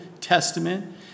Testament